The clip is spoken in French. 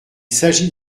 s’agit